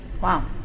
Wow